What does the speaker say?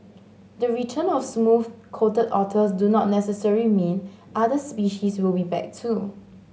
the return of smooth coated otters do not necessary mean other species will be back too